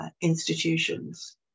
institutions